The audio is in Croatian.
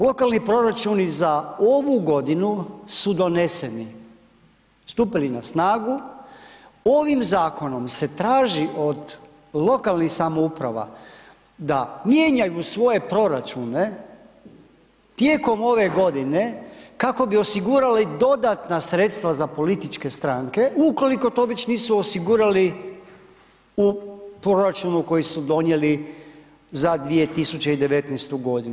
Lokalni proračuni za ovu godinu su doneseni, stupili na snagu, ovim Zakonom se traži od lokalnih samouprava da mijenjaju svoje proračune tijekom ove godine kako bi osigurali dodatna sredstva za političke stranke ukoliko to već nisu osigurali u proračunu koji su donijeli za 2019. godinu.